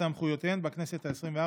וסמכויותיהן בכנסת העשרים-וארבע.